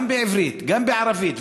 גם בעברית וגם בערבית,